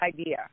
idea